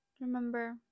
Remember